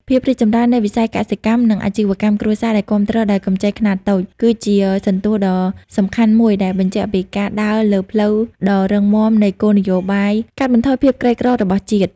ភាពរីកចម្រើននៃវិស័យកសិកម្ម និងអាជីវកម្មគ្រួសារដែលគាំទ្រដោយកម្ចីខ្នាតតូច គឺជាសន្ទស្សន៍ដ៏សំខាន់មួយដែលបញ្ជាក់ពីការដើរលើផ្លូវដ៏ត្រឹមត្រូវនៃគោលនយោបាយកាត់បន្ថយភាពក្រីក្ររបស់ជាតិ។